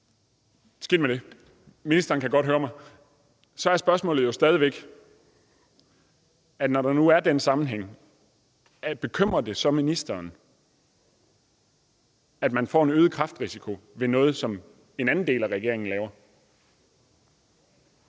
så er spørgsmålet jo sådan set stadig væk bare: Når der nu er den sammenhæng, bekymrer det så ministeren, at man får en øget kræftrisiko ved noget, som en anden del af regeringen laver?